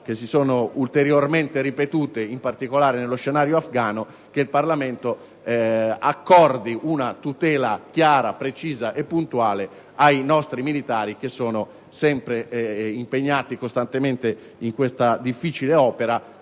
che si sono ulteriormente ripetute, in particolare nello scenario afgano, che il Parlamento accordi una tutela chiara, precisa e puntuale ai nostri militari che sono impegnati costantemente in questa difficile opera